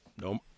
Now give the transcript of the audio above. No